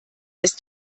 ist